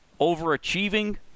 overachieving